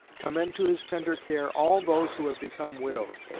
commend to his tender care all those who have become widows,